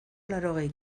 laurogei